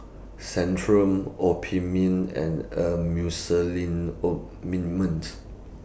Centrum Obimin and